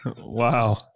Wow